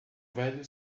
velho